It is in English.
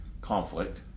conflict